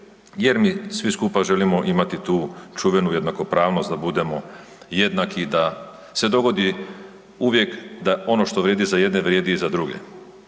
jer mi, svi skupa želimo imati čuvenu jednakopravnost, da budemo jednaki, da se dogodi uvijek da ono što vrijedi za jedne, vrijedi i za druge.